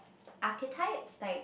archetypes like